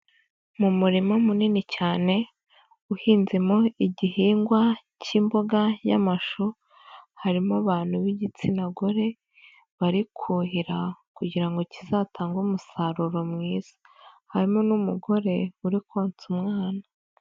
Mu murima munini cyane uhinzemo igihingwa cy'imboga y'amashu, harimo abantu b'igitsina gore bari kuhira kugira ngo kizatange umusaruro mwiza. Harimo n'umugore uri konsa umwana.